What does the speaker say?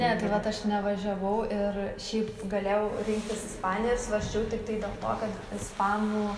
ne tai vat aš nevažiavau ir šiaip galėjau rinktis ispaniją svarsčiau tiktai dėl to kad ispanų